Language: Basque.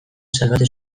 salbatu